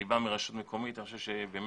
אני בא מרשות מקומית ואני חושב שבאמת